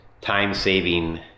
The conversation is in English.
time-saving